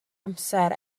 amser